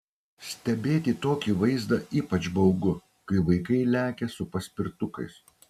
stebėti tokį vaizdą ypač baugu kai vaikai lekia su paspirtukais